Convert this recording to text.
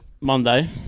Monday